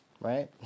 right